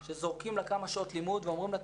שזורקים לה כמה שעות לימוד ואומרים לה,